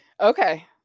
Okay